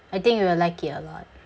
I think you will like it a lot